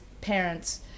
parents